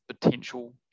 potential